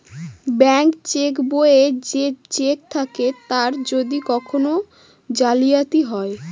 bank cheque বইয়ে যে cheque থাকে তার যদি কখন জালিয়াতি হয়